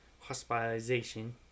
hospitalization